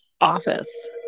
office